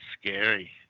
scary